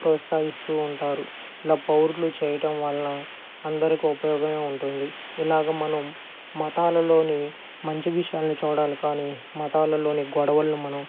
ప్రోత్సహిస్తూ ఉంటారు ఇలా పౌరులు చేయటం వలన అందరికీ ఉపయోగమే ఉంటుంది ఇలాగ మనం మతాలలోని మంచి విషయాలని చూడాలి కానీ మతాలలోని గొడవలని మనం